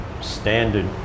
standard